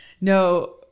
no